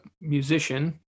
musician